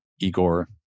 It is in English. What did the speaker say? Igor